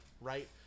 right